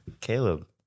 Caleb